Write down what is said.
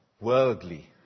Worldly